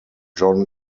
john